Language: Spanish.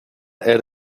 air